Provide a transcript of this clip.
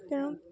ତେଣୁ